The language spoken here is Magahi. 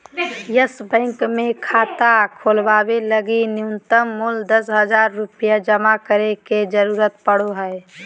यस बैंक मे खाता खोलवावे लगी नुय्तम मूल्य दस हज़ार रुपया जमा करे के जरूरत पड़ो हय